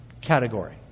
category